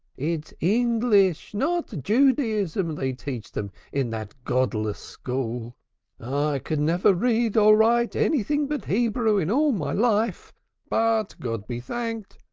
it's english, not judaism, they teach them in that godless school. i could never read or write anything but hebrew in all my life but god be thanked,